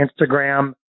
Instagram